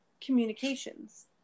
communications